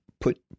Put